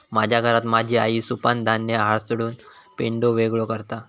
माझ्या घरात माझी आई सुपानं धान्य हासडून पेंढो वेगळो करता